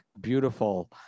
beautiful